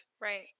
Right